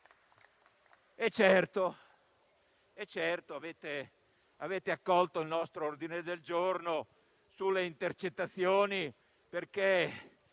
Di certo avete accolto il nostro ordine del giorno sulle intercettazioni, perché